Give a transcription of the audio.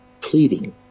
pleading